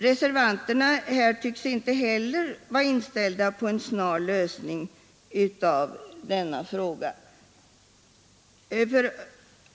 Reservanterna tycks inte heller vara inställda på en snar lösning av denna fråga.